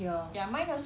ya